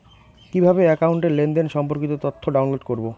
কিভাবে একাউন্টের লেনদেন সম্পর্কিত তথ্য ডাউনলোড করবো?